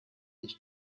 ich